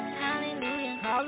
hallelujah